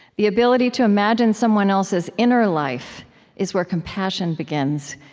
the ability to imagine someone else's inner life is where compassion begins.